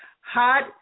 hot